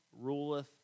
ruleth